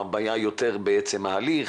בעצם ההליך,